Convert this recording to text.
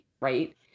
right